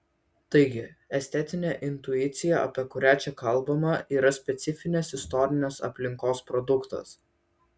taigi estetinė intuicija apie kurią čia kalbama yra specifinės istorinės aplinkos produktas